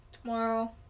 Tomorrow